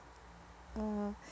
uh